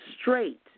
straight